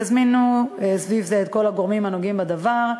תזמינו סביב זה את כל הגורמים הנוגעים בדבר,